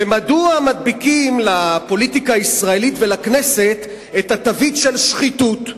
ומדוע מדביקים לפוליטיקה הישראלית ולכנסת את התווית של שחיתות.